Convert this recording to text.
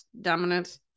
dominant